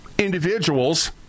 individuals